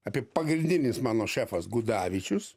apie pagrindinis mano šefas gudavičius